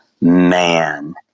man